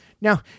Now